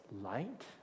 light